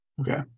Okay